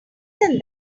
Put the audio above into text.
than